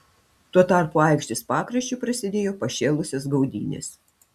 tuo tarpu aikštės pakraščiu prasidėjo pašėlusios gaudynės